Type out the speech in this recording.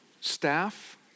staff